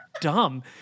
dumb